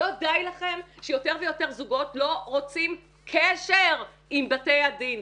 לא די לכם שיותר ויותר זוגות לא רוצים קשר עם בתי הדין?